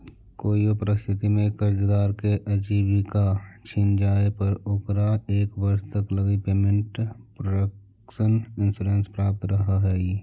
कोइयो परिस्थिति में कर्जदार के आजीविका छिन जाए पर ओकरा एक वर्ष तक लगी पेमेंट प्रोटक्शन इंश्योरेंस प्राप्त रहऽ हइ